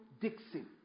Dixon